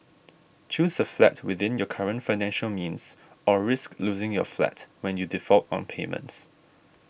choose a flat within your current financial means or risk losing your flat when you default on payments